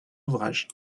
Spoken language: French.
ouvrages